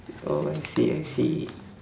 oh I see I see